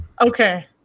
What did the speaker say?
okay